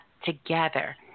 together